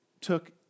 took